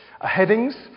headings